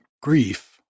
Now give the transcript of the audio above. grief